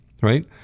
right